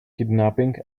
kidnapping